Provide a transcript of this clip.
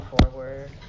forward